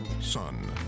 son